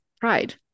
pride